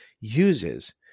uses